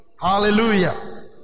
Hallelujah